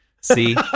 See